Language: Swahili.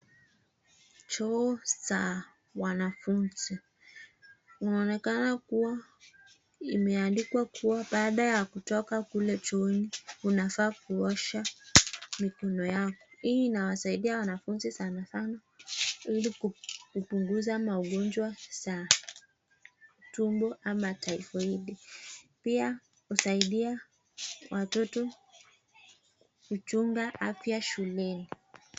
Choo za wanafunzi. Inaonekana kuwa imeandikwa kuwa baada ya kutoka kule chooni unafaa kuosha mikono yako. Hii inawasaidia wanafunzi sanasana ili kupunguza magonjwa za tumbo ama taifoidi. Pia husaidia watoto kuchunga afya shuleni.